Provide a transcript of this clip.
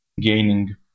gaining